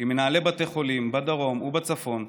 עם מנהלי בתי חולים בדרום ובצפון,